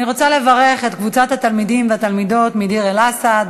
אני רוצה לברך את קבוצת התלמידים והתלמידות מדיר-אל-אסד.